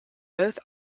both